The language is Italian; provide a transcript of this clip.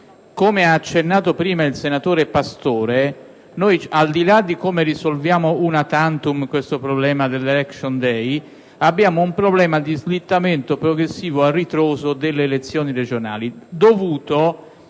Come ha accennato prima il senatore Pastore, al di là di come risolviamo *una tantum* il problema dell'*election day*, abbiamo un problema di slittamento progressivo a ritroso delle elezioni regionali, dovuto